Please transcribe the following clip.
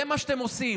זה מה שאתם עושים.